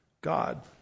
God